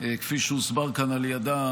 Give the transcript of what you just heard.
כפי שהוסבר כאן על ידיה,